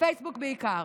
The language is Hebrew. בפייסבוק בעיקר.